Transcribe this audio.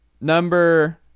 Number